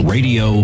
Radio